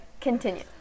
continue